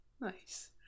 Nice